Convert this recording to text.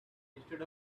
instead